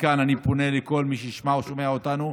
מכאן אני פונה לכל מי שישמע או שומע אותנו,